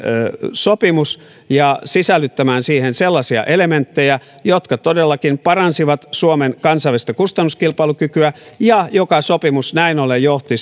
sopimus ja sisällyttämään siihen sellaisia elementtejä jotka todellakin paransivat suomen kansallista kustannuskilpailukykyä ja se sopimus näin ollen johti